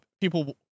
people